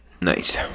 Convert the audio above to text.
Nice